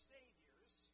Saviors